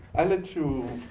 i let you